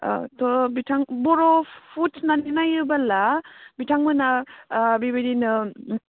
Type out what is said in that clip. थ' बिथां बर' फुडस होननानै नायोबोला बिथांमोनहा बिबायदिनो